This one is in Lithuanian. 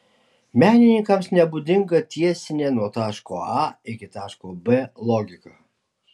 menininkams nebūdinga tiesinė nuo taško a iki taško b logika